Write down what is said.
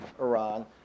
Iran